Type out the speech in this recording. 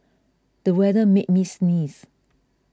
the weather made me sneeze